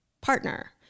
partner